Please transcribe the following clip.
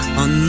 on